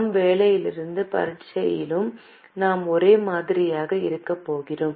நம் வேலையிலும் பரீட்சையிலும் நாம் ஒரே மாதிரியாக இருக்கப் போகிறோம்